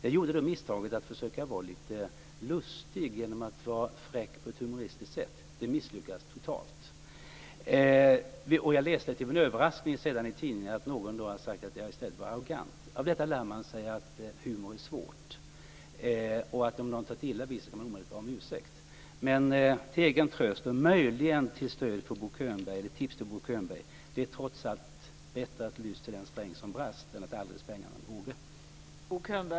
Jag gjorde misstaget att försöka vara lite lustig genom att vara fräck på ett humoristiskt sätt. Det misslyckades totalt. Jag läste sedan till min överraskning i tidningen att någon hade sagt att jag var arrogant. Av detta lär man sig att humor är svårt och att om någon tar illa vid sig skall man omedelbart be om ursäkt. Men till egen tröst och möjligen som ett tips till Bo Könberg: Det är skönare lyss till den sträng som brast än att aldrig spänna en båge.